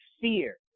fear